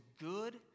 good